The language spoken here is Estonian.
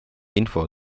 info